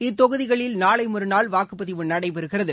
இத்தொகுதிகளில் நாளைமறுநாள் வாக்குப்பதிவு நடைபெறுகிறது